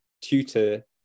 tutor